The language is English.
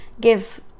give